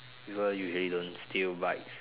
people usually don't steal bikes